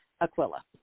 Aquila